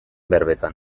berbetan